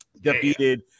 defeated